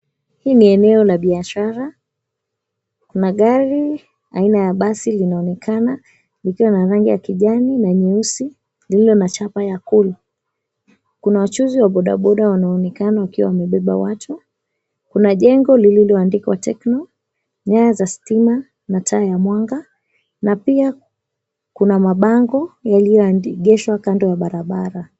Hii ni eneo la biashara, kuna gari aina ya basi linaonekana likiwa na rangi ya kijani na nyeusi lililo na chapa ya kuni. Kuna wachuzi wa bodaboda wanaonekana wakiwa wamebeba watu, kuna jengo lililoandikwa Tekno, nyaya za stima na taa ya mwanga na pia kuna mabango yaliyoegeshwa kando ya barabara.